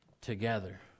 together